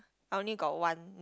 I only got one